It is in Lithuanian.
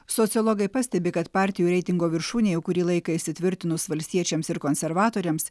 sociologai pastebi kad partijų reitingo viršūnėj jau kurį laiką įsitvirtinus valstiečiams ir konservatoriams